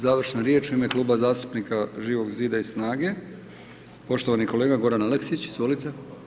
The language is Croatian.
Završna riječ u ime Kluba zastupnika Živog zida i SNAGA-e, poštovani kolega Goran Aleksić, izvolite.